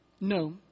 No